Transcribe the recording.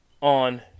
On